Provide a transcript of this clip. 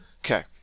Okay